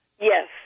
Yes